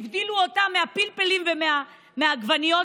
הבדילו אותן מהפלפלים ומהעגבניות